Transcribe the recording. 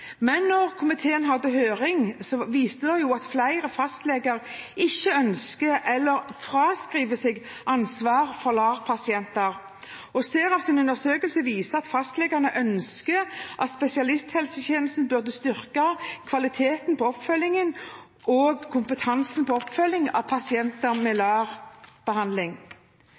Men da komiteen hadde høring, viste det seg at flere fastleger ikke ønsker eller fraskriver seg ansvar for LAR-pasienter. SERAFs undersøkelse viser at fastlegene ønsker at spesialisthelsetjenesten styrker kompetansen og kvaliteten på oppfølgingen